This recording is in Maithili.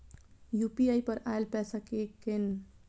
यू.पी.आई पर आएल पैसा कै कैन?